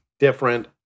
different